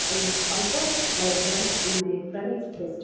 yeah also my friend my friend is best